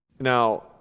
Now